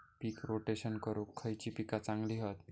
पीक rotation करूक खयली पीका चांगली हत?